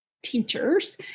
teachers